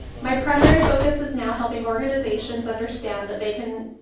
my primary focus is now helping organizations understand that they can